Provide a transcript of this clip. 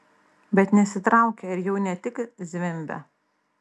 bet nesitraukia ir jau ne tik zvimbia